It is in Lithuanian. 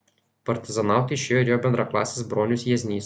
partizanauti išėjo ir jo bendraklasis bronius jieznys